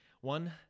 One